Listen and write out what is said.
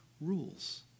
rules